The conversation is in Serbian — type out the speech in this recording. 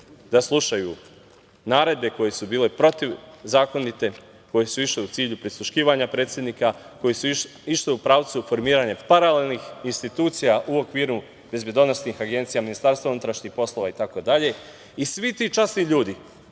da slušaju naredbe koje su bile protiv zakonite, koje su išle u cilju prisluškivanja predsednika, koje su išle u pravcu formiranja paralelnih institucija u okviru bezbedonosnih agencija MUP-a itd. Svi ti časni ljudi